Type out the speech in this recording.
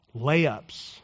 layups